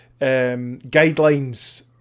guidelines